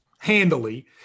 handily